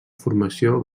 formació